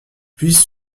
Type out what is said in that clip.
puisse